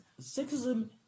sexism